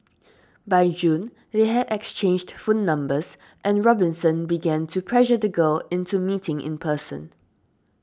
by June they had exchanged phone numbers and Robinson began to pressure the girl into meeting in person